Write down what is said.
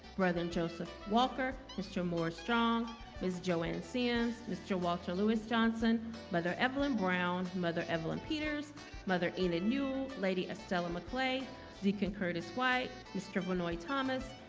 brother and joseph walker. mr. moore strong is joann sands. mr walter lewis johnson weather evelyn brown's mother evelyn peters mother ain't a new lady estella mcclay deacon curtis white mr. malloy thomas.